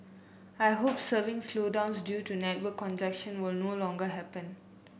I hope surfing slowdowns due to network congestion will no longer happen